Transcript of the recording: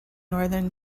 northern